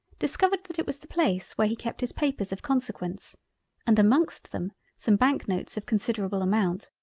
discovered that it was the place where he kept his papers of consequence and amongst them some bank notes of considerable amount.